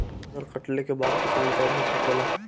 फसल कटले के बाद किसान चैन से सुतेला